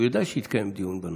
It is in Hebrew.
הוא יודע שיתקיים דיון בנושא.